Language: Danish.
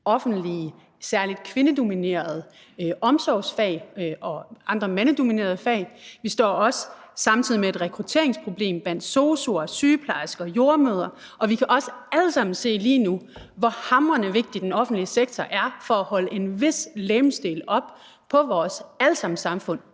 offentlige særlig kvindedominerede omsorgsfag og andre mandsdominerede fag. Vi står også samtidig med et rekrutteringsproblem blandt sosu'er og sygeplejersker og jordemødre. Og vi kan også alle sammen lige nu se, hvor hamrende vigtig den offentlige sektor er for at holde en vis legemsdel oppe på vores alle sammens samfund,